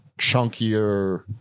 chunkier